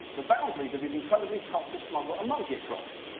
the boundary that is incredibly tough to smuggle a monkey across.